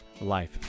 life